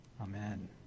Amen